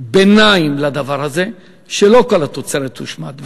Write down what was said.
ביניים לדבר הזה, שלא כל התוצרת תושמד.